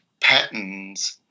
patterns